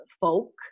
folk